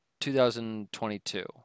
2022